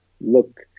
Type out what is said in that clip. look